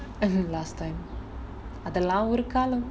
as in last time அதெல்லாம் ஒரு காலம்:athellaam oru kaalam